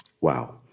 Wow